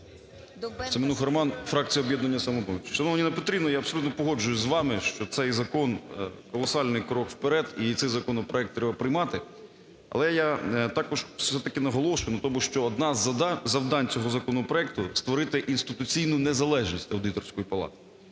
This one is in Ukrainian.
Семенуха Роман, фракція "Об'єднання "Самопоміч". Шановна Ніна Петрівна, я абсолютно погоджуюсь з вами, що цей закон – колосальний крок вперед, і цей законопроект треба приймати. Але я також все-таки наголошую на тому, що одне з завдань цього законопроекту – створити інституційну незалежність аудиторської палати.